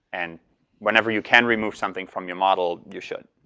and whenever you can remove something from your model you should,